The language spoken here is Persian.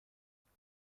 گلوی